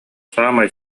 саамай